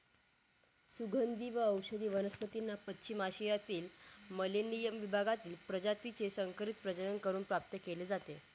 सुगंधी व औषधी वनस्पतींना पश्चिम आशियातील मेलेनियम विभागातील प्रजातीचे संकरित प्रजनन करून प्राप्त केले जाते